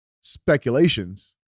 speculations